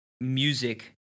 music